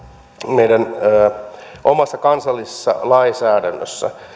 meidän oman kansallisen lainsäädännön